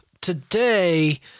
today